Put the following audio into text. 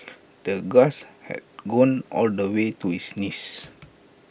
the grass had grown all the way to his knees